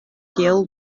kiel